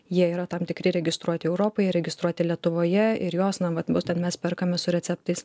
jie yra tam tikri registruoti europoje registruoti lietuvoje ir juos na būtent mes perkame su receptais